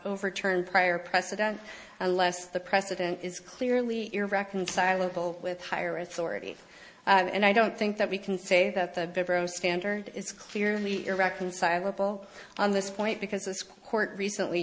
overturn prior precedent unless the precedent is clearly irreconcilable with higher authority and i don't think that we can say that the standard is clearly irreconcilable on this point because this court recently